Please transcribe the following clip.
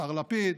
השר לפיד,